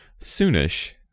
Soonish